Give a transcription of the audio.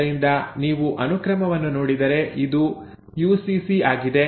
ಆದ್ದರಿಂದ ನೀವು ಅನುಕ್ರಮವನ್ನು ನೋಡಿದರೆ ಇದು ಯುಸಿಸಿ ಆಗಿದೆ